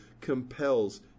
compels